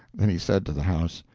then he said to the house,